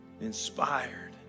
inspired